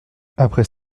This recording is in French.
après